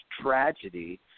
tragedy